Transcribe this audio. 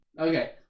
Okay